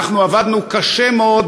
אנחנו עבדנו קשה מאוד,